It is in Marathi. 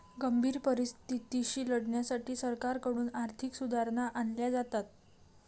गंभीर परिस्थितीशी लढण्यासाठी सरकारकडून आर्थिक सुधारणा आणल्या जातात